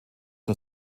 nur